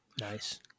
Nice